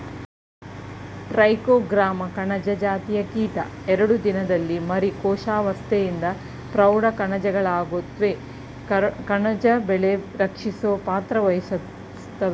trichogramma ಕಣಜ ಜಾತಿಯ ಕೀಟ ಎರಡು ದಿನದಲ್ಲಿ ಮರಿ ಕೋಶಾವಸ್ತೆಯಿಂದ ಪ್ರೌಢ ಕಣಜಗಳಾಗುತ್ವೆ ಕಣಜ ಬೆಳೆ ರಕ್ಷಿಸೊ ಪಾತ್ರವಹಿಸ್ತವೇ